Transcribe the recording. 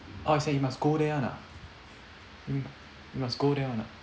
oh so you must go there [one] ah y~ you must go there [one] ah